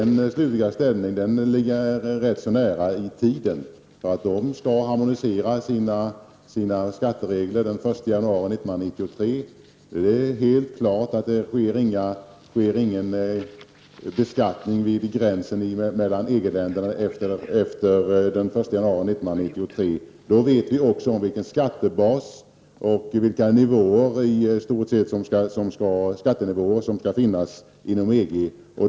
Det ställningstagandet kan ligga nära i tiden. EG harmonierar sina skatteregler den 1 januari 1993. Det är helt klart att det inte sker någon beskattning vid gränserna mellan EG länderna efter den 1 januari 1993. Då vet vi också vilken skattebas och vilka skattenivåer som finns inom EG.